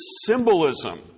symbolism